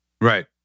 Right